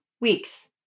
weeks